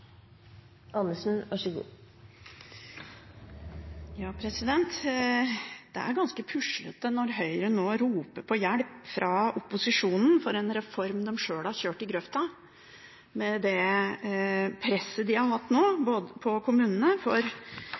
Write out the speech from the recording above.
ganske puslete når Høyre nå roper på hjelp fra opposisjonen for en reform de sjøl har kjørt i grøfta, med det presset de nå har hatt